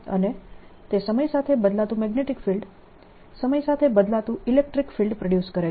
અને તે સમય સાથે બદલાતું મેગ્નેટીક ફિલ્ડ સમય સાથે બદલાતું ઇલેક્ટ્રીક ફિલ્ડ પ્રોડ્યુસ કરે છે